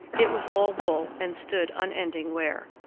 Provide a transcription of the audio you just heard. it was all wool and stood unending wear.